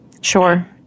Sure